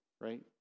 right